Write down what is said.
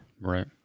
Right